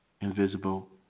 invisible